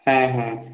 হ্যাঁ হ্যাঁ